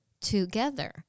together